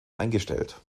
eingestellt